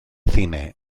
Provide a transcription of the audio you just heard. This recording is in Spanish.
cine